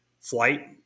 flight